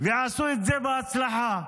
ועשו את זה בהצלחה.